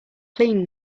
clean